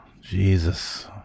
Jesus